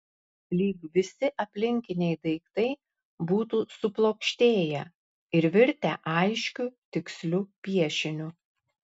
lyg visi aplinkiniai daiktai būtų suplokštėję ir virtę aiškiu tiksliu piešiniu